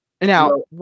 now